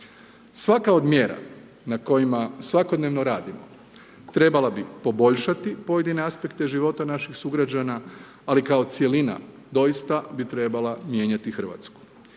Svaka od mjera, na kojima svakodnevno radimo, trebala bi poboljšati pojedine aspekte života naših sugrađana, ali kao cjelina, doista, bi trebala mijenjati Hrvatsku